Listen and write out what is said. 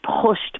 pushed